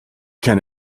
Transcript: can